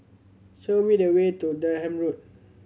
show me the way to Durham Road